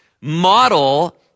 model